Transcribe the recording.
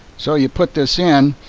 so you put this in.